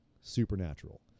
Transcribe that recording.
supernatural